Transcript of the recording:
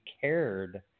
cared